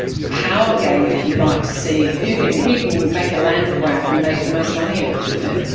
power game, if you like, to see who can who can make a land grab and make the most money out of it.